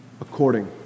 according